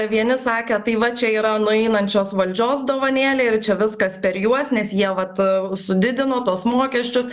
vieni sakė tai va čia yra nueinančios valdžios dovanėlė ir čia viskas per juos nes jie vat sudidino tuos mokesčius